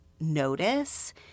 notice